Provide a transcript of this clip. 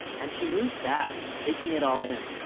and she moved fast, taking it all in.